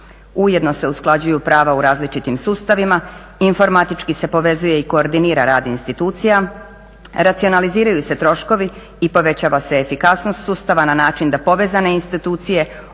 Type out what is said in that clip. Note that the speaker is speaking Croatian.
Ujedno se usklađuju prava u različitim sustavima, informatički se povezuje i koordinira rad institucija, racionaliziraju se troškovi i povećava se efikasnost sustava na način da povezane institucije omoguće